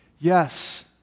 Yes